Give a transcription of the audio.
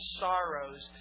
sorrows